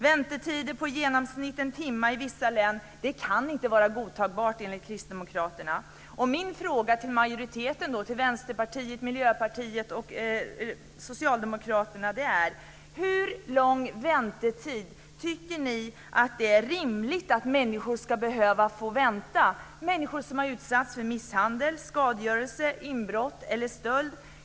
Väntetider på i genomsnitt en timme kan inte vara godtagbart enligt Min fråga till majoriteten, till Vänsterpartiet, Miljöpartiet och Socialdemokraterna, är: Hur lång tid tycker ni att det är rimligt att människor ska behöva vänta? Det kan gälla människor som har utsatts för misshandel, skadegörelse, inbrott eller stöld.